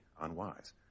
unwise